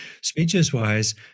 Speeches-wise